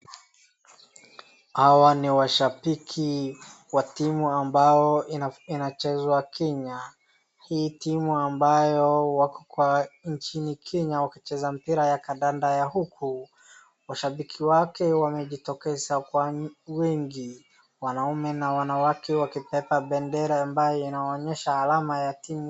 Hawa ni washambiki wa timu ambayo inachezwa Kenya. Hii timu ambayo wako kwa nchini Kenya wakicheza mpira ya kandada ya huku. Washambiki wake wamejitokeza kwa wingi wanaume na wanawake wakibeba pendera ambayo inaonyesha alama ya timu.